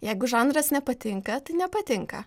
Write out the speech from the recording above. jeigu žanras nepatinka tai nepatinka